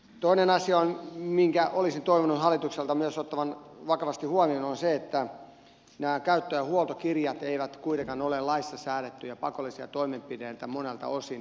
toinen asia minkä olisin toivonut hallituksen myös ottavan vakavasti huomioon on se että nämä käyttö ja huoltokirjat eivät kuitenkaan ole laissa säädettyjä pakollisia toimenpiteitä monelta osin